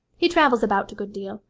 he travels about a good deal.